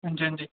हां जी हां जी